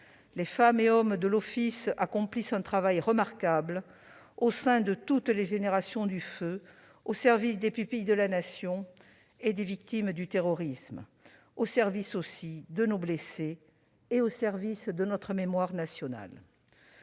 Ces femmes et ces hommes accomplissent un travail remarquable au service de toutes les générations du feu, au service des pupilles de la Nation et des victimes du terrorisme, au service de nos blessés et de notre mémoire nationale.